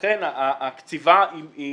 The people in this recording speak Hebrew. לכן הקציבה היא